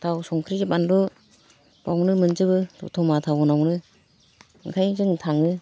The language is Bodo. थाव संख्रि बानलु बेयावनो मोनजोबो द'तमा टाउनावनो ओंखायनो जों थाङो